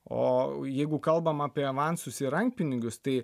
o jeigu kalbam apie avansus ir rankpinigius tai